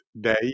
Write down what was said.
day